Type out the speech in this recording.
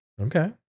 Okay